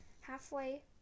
Halfway